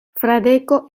fradeko